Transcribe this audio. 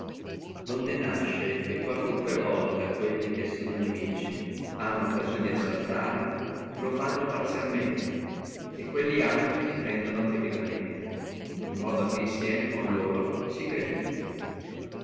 donde nasce che qualunque volta quelli che sono nimici hanno occasione di assaltare lo fanno partigianamente e quelli altri defendano tepidamente in modo che insieme con loro si